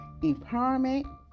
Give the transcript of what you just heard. empowerment